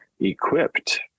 equipped